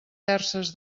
terces